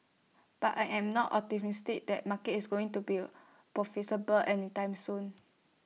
but I am not optimistic that market is going to be A profitable any time soon